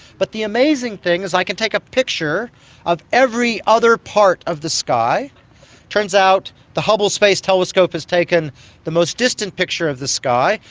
but the amazing thing is i can take a picture of every other part of the sky, it turns out the hubble space telescope has taken the most distant picture of the sky.